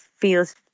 feels